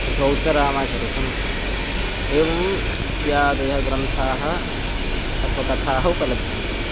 अथवा उत्तररामाचरितम् एवम् इत्यादयः ग्रन्थाः अथवा कथाः उपलभ्यन्ते